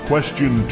Question